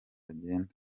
agenda